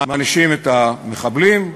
מענישים את המחבלים,